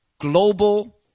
global